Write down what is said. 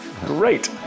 great